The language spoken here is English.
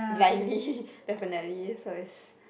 blindly definitely so is